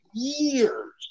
years